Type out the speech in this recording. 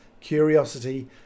curiosity